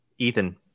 Ethan